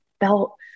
felt